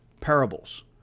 parables